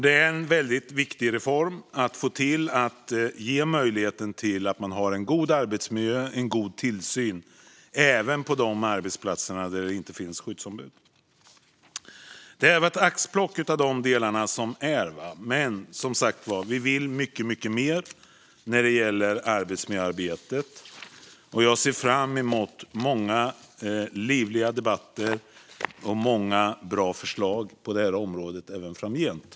Det är en väldigt viktig reform att få till att ge möjligheten till att man har en god arbetsmiljö och en god tillsyn även på de arbetsplatser där det inte finns skyddsombud. Detta var ett axplock av de delar som finns. Men vi vill mycket mer när det gäller arbetsmiljöarbetet. Jag ser fram emot många livliga debatter och många bra förslag på det här området även framgent.